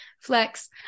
flex